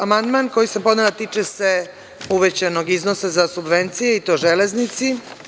Amandman koji sam podnela tiče se uvećanog iznosa za subvencije, i to Železnici.